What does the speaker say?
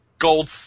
gold